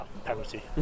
Penalty